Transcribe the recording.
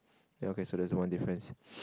then okay so there's one difference